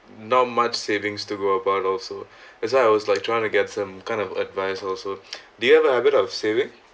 not much savings to go about also that's why I was like trying to get some kind of advice also do you have a habit of saving